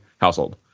household